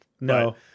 No